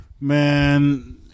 man